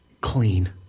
clean